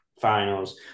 Finals